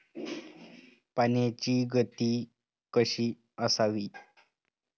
पाण्याची गती कशी असावी?